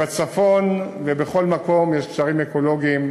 בצפון ובכל מקום יש גשרים אקולוגיים,